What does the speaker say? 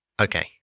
okay